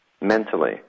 mentally